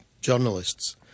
journalists